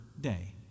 day